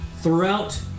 throughout